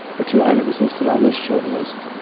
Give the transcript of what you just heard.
or two items listed on this short list